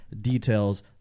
details